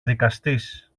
δικαστής